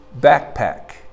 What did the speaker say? backpack